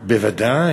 בוודאי,